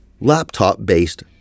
laptop-based